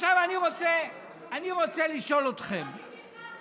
עכשיו אני רוצה לשאול אתכם, לא בשביל מה.